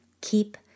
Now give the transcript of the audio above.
keep